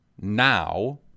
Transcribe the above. now